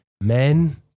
men